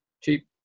cheap